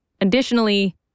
Additionally